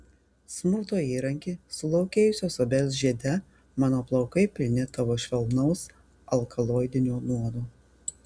smurto įranki sulaukėjusios obels žiede mano plaukai pilni tavo švelnaus alkaloidinio nuodo